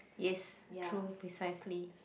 yes true precisely